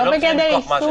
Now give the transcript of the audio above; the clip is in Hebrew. לא בגדר איסור.